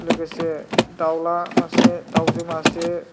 लोगोसे दाउला मासे दाउजो मासे